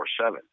24-7